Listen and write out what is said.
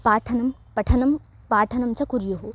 पाठनं पठनं पाठनं च कुर्युः